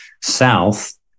South